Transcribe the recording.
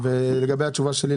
ולגבי התשובה שלי,